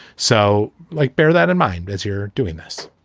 so, like, bear that in mind as you're doing this.